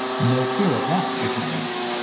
no fear of that, was my answer.